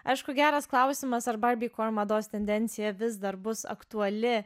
aišku geras klausimas ar barbie core mados tendencija vis dar bus aktuali